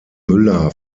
müller